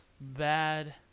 bad